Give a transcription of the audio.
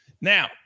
Now